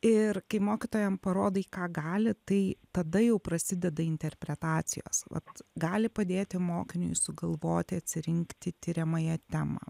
ir kai mokytojam parodai ką gali tai tada jau prasideda interpretacijos vat gali padėti mokiniui sugalvoti atsirinkti tiriamąją temą